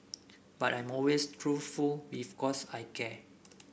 but I'm always truthful because I care